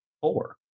Four